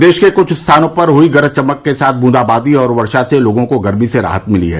प्रदेश के कुछ स्थानों पर हुई गरज चमक के साथ बूंदाबांदी और वर्षा से लोगों को गर्मी से राहत मिली है